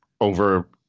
over